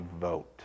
vote